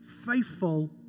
faithful